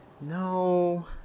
No